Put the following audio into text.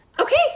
Okay